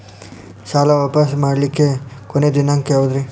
ಸಾಲಾ ವಾಪಸ್ ಮಾಡ್ಲಿಕ್ಕೆ ಕೊನಿ ದಿನಾಂಕ ಯಾವುದ್ರಿ?